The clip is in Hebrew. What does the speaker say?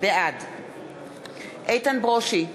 בעד איתן ברושי,